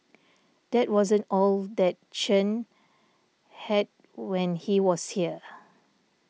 that wasn't all that Chen had when he was here